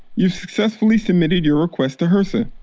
you've successfully submitted your request to hrsa!